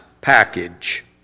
package